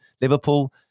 Liverpool